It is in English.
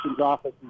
office